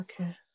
okay